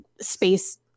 space